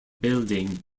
building